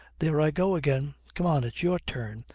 there i go again! come on, it's your turn.